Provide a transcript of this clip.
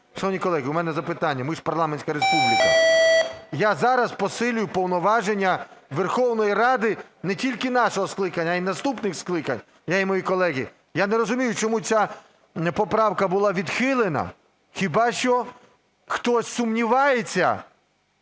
Шановні колеги, у мене запитання, ми ж парламентська республіка. Я зараз посилю повноваження Верховної Ради не тільки нашого скликання, а й наступних скликань, я і мої колеги. Я не розумію, чому ця поправка була відхилена. Хіба що хтось сумнівається